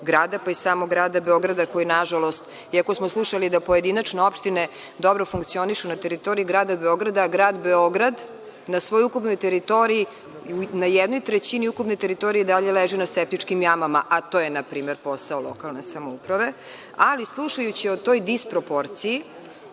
pa i samog grada Beograda, koji nažalost, iako smo slušali da pojedinačno opštine dobro funkcionišu na teritoriji grada Beograda, grad Beograd na svojoj ukupnoj teritoriji, na jednoj trećini ukupne teritorije i dalje leži na septičkim jamama, a to je npr. posao lokalne samouprave. Ali, slušajući o toj disproporciji,